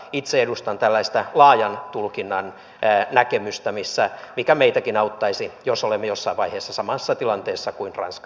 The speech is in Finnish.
itse edustan tällaista laajan tulkinnan näkemystä mikä meitäkin auttaisi jos olemme jossain vaiheessa samassa tilanteessa kuin ranska esimerkiksi nyt